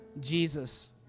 Jesus